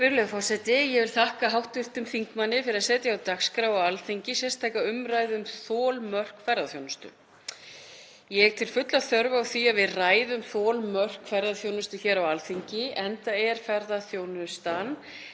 Virðulegur forseti. Ég vil þakka hv. þingmanni fyrir að setja á dagskrá Alþingis sérstaka umræðu um þolmörk ferðaþjónustu. Ég tel fulla þörf á því að við ræðum þolmörk ferðaþjónustu hér á Alþingi enda er ferðaþjónustan